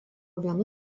vienu